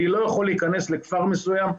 אני לא יכול להכנס לכפר מסוים,